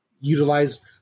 utilize